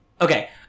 Okay